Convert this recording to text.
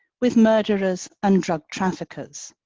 with murderers and drug traffickers.